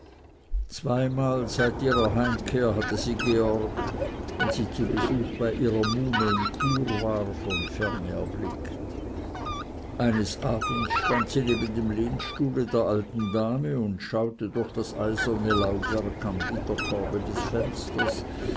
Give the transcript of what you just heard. zweimal seit ihrer heimkehr hatte sie georg wenn sie zu besuch bei ihrer muhme in chur war von ferne erblickt eines abends stand sie neben dem lehnstuhle der alten dame und schaute durch das eiserne laubwerk am gitterkorbe des fensters